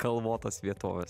kalvotos vietovės